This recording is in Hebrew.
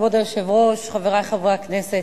כבוד היושב-ראש, חברי חברי הכנסת,